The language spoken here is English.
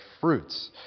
fruits